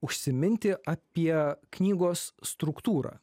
užsiminti apie knygos struktūrą